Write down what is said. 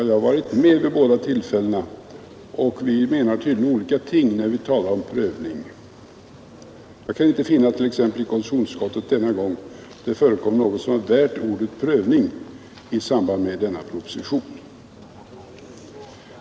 Ja, jag har varit med vid båda dessa tillfällen. Vi menar tydligen olika ting när vi talar om prövning. Jag kan inte finna att det t.ex. i konstitutionsutskottet denna gång förekom någonting som var värt ordet prövning i samband med denna proposition.